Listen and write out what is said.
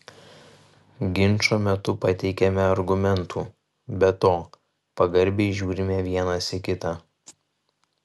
ginčo metu pateikiame argumentų be to pagarbiai žiūrime vienas į kitą